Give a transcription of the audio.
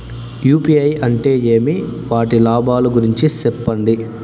UPI అంటే ఏమి? వాటి లాభాల గురించి సెప్పండి?